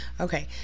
Okay